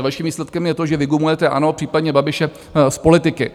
Vaším výsledkem je to, že vygumujete ANO, případně Babiše, z politiky.